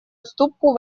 уступку